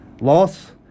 loss